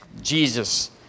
Jesus